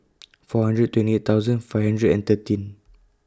four hundred and twenty eight thousand five hundred and thirteen